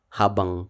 habang